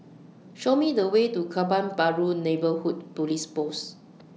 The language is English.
Show Me The Way to Kebun Baru Neighbourhood Police Post